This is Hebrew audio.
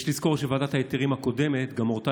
יש לזכור שוועדת ההיתרים הקודמת גם הורתה